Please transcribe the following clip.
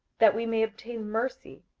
that we may obtain mercy,